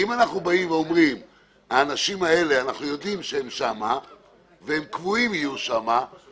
אם אנחנו יודעים שהאנשים האלה שם והם יהיו שם באופן קבוע,